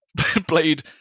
Played